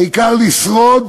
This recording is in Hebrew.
העיקר לשרוד,